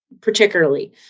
Particularly